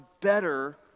better